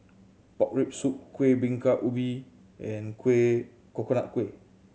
pork rib soup Kueh Bingka Ubi and kuih Coconut Kuih